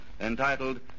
entitled